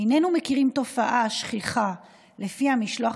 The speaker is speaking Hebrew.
איננו מכירים תופעה שכיחה שלפיה מחיר משלוח